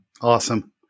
Awesome